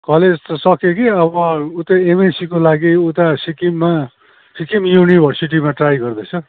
college त सक्यो कि अब उतै एमएससीको लागि उता सिक्किममा सिक्किम युनिभर्सिटीमा ट्राई गर्दैछ